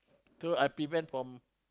so I prevent from